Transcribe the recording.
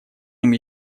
ним